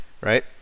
Right